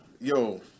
Yo